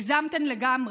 הגזמתם לגמרי.